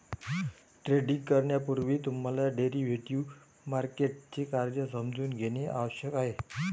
trading करण्यापूर्वी तुम्हाला derivative मार्केटचे कार्य समजून घेणे आवश्यक आहे